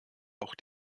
auch